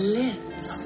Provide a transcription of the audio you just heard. lips